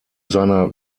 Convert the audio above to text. seiner